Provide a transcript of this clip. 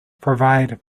provide